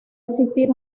existir